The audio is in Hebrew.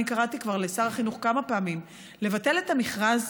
אני קראתי כבר לשר החינוך כמה פעמים לבטל את המכרז,